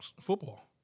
football